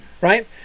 right